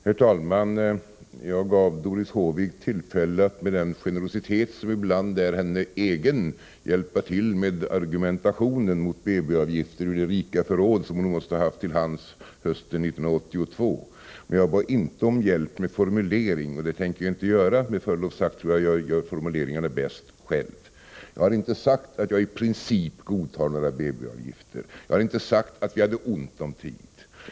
Herr talman! Jag gav Doris Håvik tillfälle att — med den generositet som ibland är utmärkande för henne — hjälpa till med argumentationen mot BB-avgifterna från det rika förråd som hon måste ha haft till hands hösten 1982. Men jag bad inte om hjälp med formuleringen, och det tänker jag inte göra. Med förlov sagt tror jag att jag gör formuleringarna bäst själv. Jag har inte sagt att jag i princip godtar några BB-avgifter, och jag har inte sagt att vi hade ont om tid.